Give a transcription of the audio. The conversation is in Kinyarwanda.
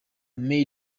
made